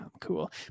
cool